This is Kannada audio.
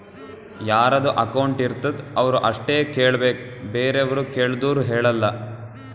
ಯಾರದು ಅಕೌಂಟ್ ಇರ್ತುದ್ ಅವ್ರು ಅಷ್ಟೇ ಕೇಳ್ಬೇಕ್ ಬೇರೆವ್ರು ಕೇಳ್ದೂರ್ ಹೇಳಲ್ಲ